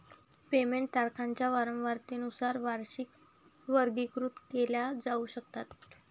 payment तारखांच्या वारंवारतेनुसार वार्षिकी वर्गीकृत केल्या जाऊ शकतात